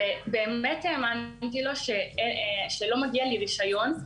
באמת האמנתי לו שלא מגיע לי רישיון,